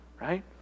Right